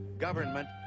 government